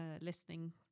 listening